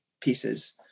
pieces